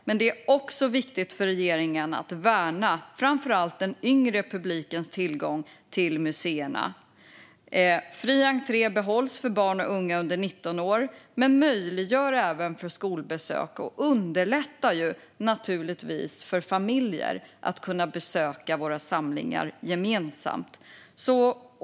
Men det är också viktigt för regeringen att värna framför allt den yngre publikens tillgång till museerna. Fri entré behålls för barn och unga under 19 år, vilket möjliggör skolbesök och naturligtvis underlättar för familjer att besöka våra samlingar gemensamt.